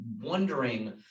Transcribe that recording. wondering